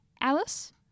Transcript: Alice